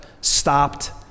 stopped